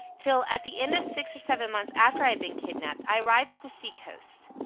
till, at the end of six or seven months after i had been kidnapped, i arrived at the sea coast.